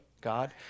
God